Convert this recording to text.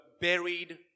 buried